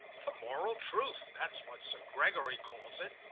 for moral truth. that's what sir gregory calls it.